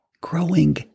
growing